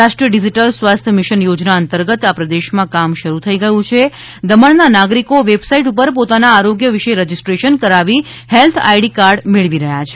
રાષ્ટ્રીય ડિજિટલ સ્વાસ્થ્ય મિશન યોજના અંતર્ગત આ પ્રદેશમાં કામ શરૂ થઈ ગયુ છે દમણના નાગરિકો બેબસાઈટ ઉપર પોતાના આરોગ્ય વિશે રજિસ્ટેશન કરાવી હેલ્થ આઈડી કાર્ડ મેળવી રહ્યા છે